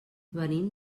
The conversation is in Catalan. venim